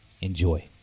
Enjoy